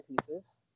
pieces